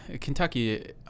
Kentucky